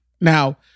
Now